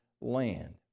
land